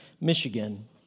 Michigan